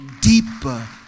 deeper